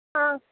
ஆ